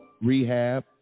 Rehab